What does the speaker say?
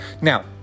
Now